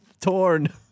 torn